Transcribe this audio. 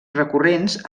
recurrents